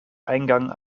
eingang